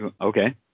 Okay